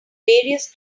various